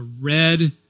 red